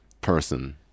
person